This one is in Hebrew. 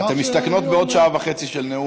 אתן מסתכנות בעוד שעה וחצי של נאום,